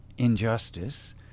Injustice